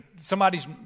Somebody's